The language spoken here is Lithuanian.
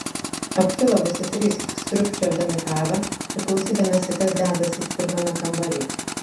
aptilo visi trys sriubčiodami kavą ir klausydamiesi kas dedasi pirmame kambary